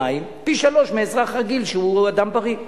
במים פי-שלושה מאזרח רגיל שהוא אדם בריא.